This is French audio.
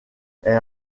elle